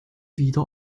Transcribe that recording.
wieder